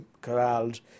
corralled